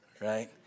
right